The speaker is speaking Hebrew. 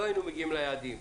לא היינו מגיעים ליעדים.